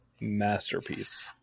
masterpiece